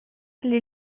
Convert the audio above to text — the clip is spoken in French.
les